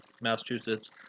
Massachusetts